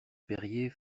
perier